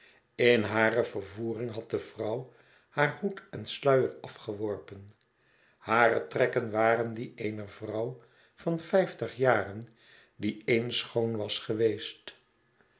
in hare vervoering had de vrouw haar hoed en sluier afgeworpen hare trekken waren die eener vrouw van vijftig jaren die eens schoon was geweest